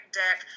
deck